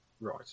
Right